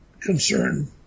concern